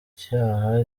cyaha